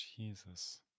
Jesus